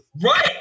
Right